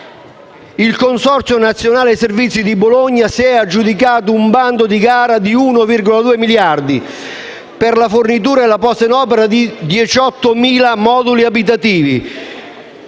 Il Consorzio nazionale servizi di Bologna si è aggiudicato un bando di gara di 1,2 miliardi per la fornitura e la posa in opera di 18.000 moduli abitativi.